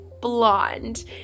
blonde